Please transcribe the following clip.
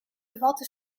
bevatte